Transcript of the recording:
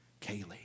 Kaylee